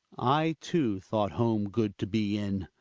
i too thought home good to be in.